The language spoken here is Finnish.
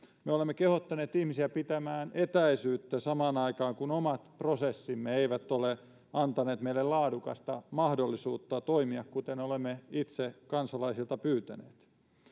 me olemme kehottaneet ihmisiä pitämään etäisyyttä samaan aikaan kun omat prosessimme eivät ole antaneet meille laadukasta mahdollisuutta toimia kuten olemme itse kansalaisilta pyytäneet